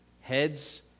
Heads